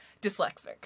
dyslexic